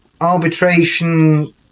arbitration